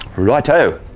right-o.